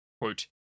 quote